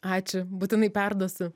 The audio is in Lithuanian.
ačiū būtinai perduosiu